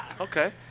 Okay